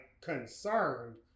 concerned